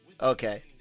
Okay